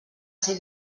ser